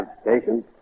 station